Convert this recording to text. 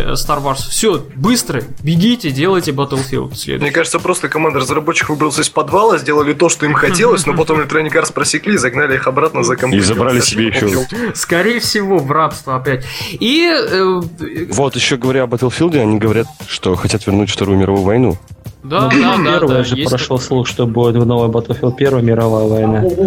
Э, Star Wars. Всё, быстро, бегите, делайте Battlefield следующий. Мне кажется, просто команда разработчиков выбралась из подвала, сделали то, что им хотелось, Мгм. но потом Electronic Arts просекли и загнали их обратно Мгм. за И компьютер. забрали себе ещё. Скорее всего, в рабство опять. И, э, э, Вот ещё говоря о Battlefield, они говорят, что хотят вернуть Вторую мировую войну. Да, да, Ну, да, первая да, же есть прошёл такое. слух, что будет в новой Battlefield Первая мировая война.